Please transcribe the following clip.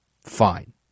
fine